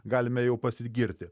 galime jau pasigirti